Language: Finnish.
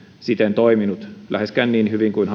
siten toiminut läheskään niin hyvin kuin